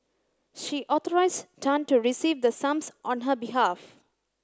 she authorised Tan to receive the sums on her behalf